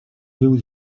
był